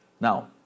now